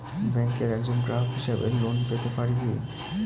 ব্যাংকের একজন গ্রাহক হিসাবে লোন পেতে পারি কি?